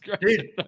dude